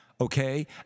Okay